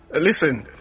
listen